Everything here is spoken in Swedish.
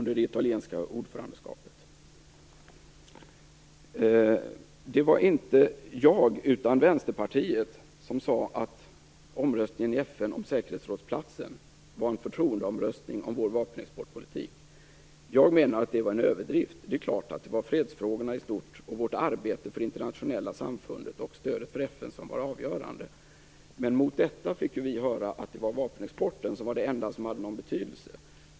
Det var inte jag utan Vänsterpartiets företrädare som sade att omröstningen i FN om säkerhetsrådsplatsen var en förtroendeomröstning om vår vapenexportpolitik. Jag menar att det var en överdrift. Det är klart att det var fredsfrågorna i stort och vårt arbete för det internationella samfundet och stödet för FN som var avgörande, men mot detta fick vi höra att det enda som hade någon betydelse var vapenexporten.